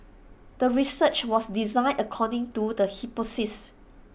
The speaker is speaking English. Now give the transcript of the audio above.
the research was designed according to the hypothesis